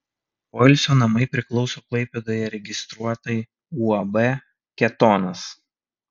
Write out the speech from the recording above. poilsio namai priklauso klaipėdoje registruotai uab ketonas